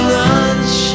lunch